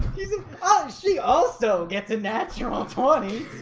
oh she also get the natural twenty